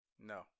No